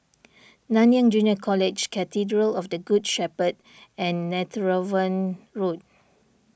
Nanyang Junior College Cathedral of the Good Shepherd and Netheravon Road